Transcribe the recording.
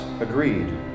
agreed